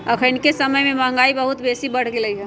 अखनिके समय में महंगाई बहुत बेशी बढ़ गेल हइ